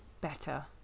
better